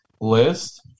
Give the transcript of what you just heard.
list